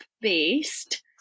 based